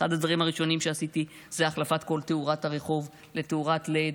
אחד הדברים הראשונים שעשיתי זה החלפת כל תאורת הרחוב לתאורת לד,